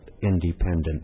independent